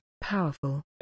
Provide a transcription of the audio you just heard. powerful